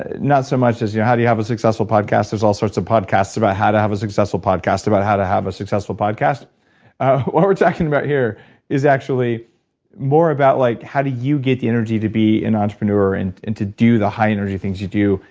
ah not so much as yeah how do you have a successful podcast there's all sorts of podcasts about how to have a successful podcast, about how to have a successful podcast what we're talking and about here is actually more about like how do you get the energy to be an entrepreneur, and and to do the high-energy things you do,